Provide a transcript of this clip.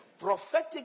Prophetic